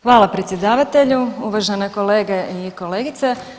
Hvala predsjedavatelju, uvažene kolege i kolegice.